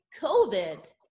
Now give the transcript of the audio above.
COVID